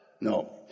No